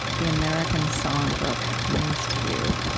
the american songbook means to you.